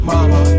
Mama